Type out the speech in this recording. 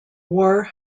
war